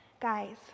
Guys